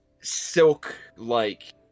Silk-like